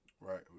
Right